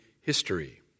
history